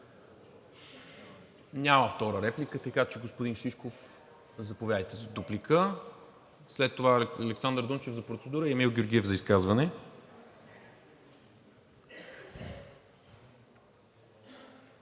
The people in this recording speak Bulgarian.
Няма втора реплика, така че, господин Шишков, заповядайте за дуплика. След това Александър Дунчев за процедура и Емил Георгиев за изказване.